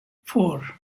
four